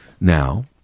now